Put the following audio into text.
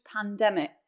pandemic